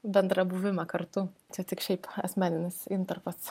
bendrą buvimą kartu čia tik šiaip asmeninis intarpas